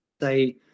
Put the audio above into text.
say